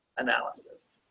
analysis.